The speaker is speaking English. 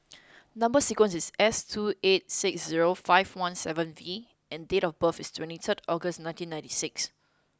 number sequence is S two eight six zero five one seven V and date of birth is twenty third August nineteen ninety six